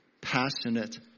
Passionate